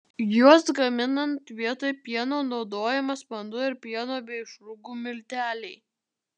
juos gaminant vietoj pieno naudojamas vanduo ir pieno bei išrūgų milteliai